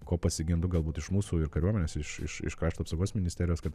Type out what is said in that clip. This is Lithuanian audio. ko pasigendu galbūt iš mūsų ir kariuomenės iš iš iš krašto apsaugos ministerijos kad